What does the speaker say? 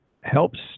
helps